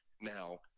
Now